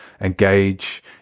engage